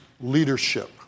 leadership